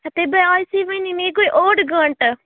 ہتے بہٕ آسےَ وننہِ مےٚ گٔے اوٚڑ گنٛٹہٕ